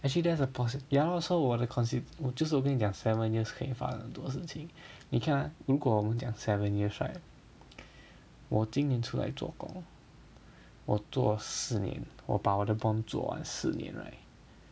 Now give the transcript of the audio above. actually that's a poss~ ya lor so 我的 consider~ 我就是我跟你讲 seven years 可以发生多事情你看如果我们讲 seven years right 我今年出来做工我做了四年我把我的 bond 做完四年 right